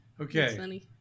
Okay